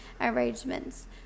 arrangements